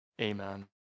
Amen